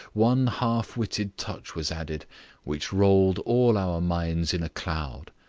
one half-witted touch was added which rolled all our minds in cloud.